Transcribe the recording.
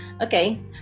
okay